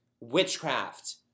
witchcraft